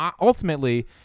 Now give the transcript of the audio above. ultimately